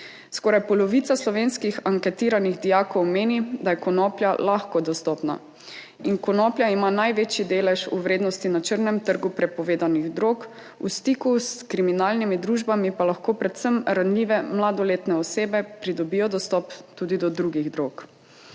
(nadaljevanje) slovenskih anketiranih dijakov meni, da je konoplja lahko dostopna in konoplja ima največji delež v vrednosti na črnem trgu prepovedanih drog, v stiku s kriminalnimi družbami, pa lahko predvsem ranljive mladoletne osebe pridobijo dostop tudi do drugih drog.